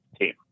team